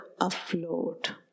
afloat